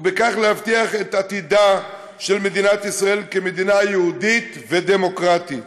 ובכך להבטיח את עתידה של מדינת ישראל כמדינה יהודית ודמוקרטית